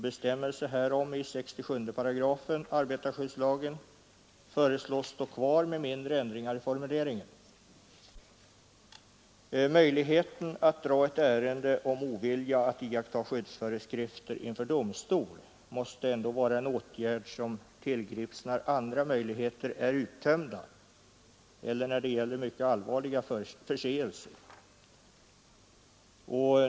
Bestämmelsen härom i 67 8 arbetarskyddslagen föreslås stå kvar med mindre ändringar i formuleringen. Möjligheten att dra ett ärende om ovilja att iaktta skyddsföreskrifter inför domstol måste dock vara något som tillgrips när andra möjligheter är uttömda eller när det är fråga om mycket allvarliga förseelser.